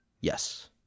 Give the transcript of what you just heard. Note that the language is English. Yes